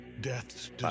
Death's